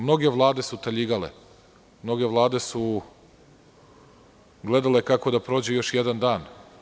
Mnoge vlade su taljigale, mnoge vlade su gledale kako da prođu još jedan dan.